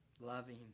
Loving